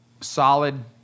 solid